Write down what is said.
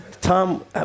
Tom